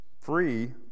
free